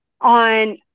On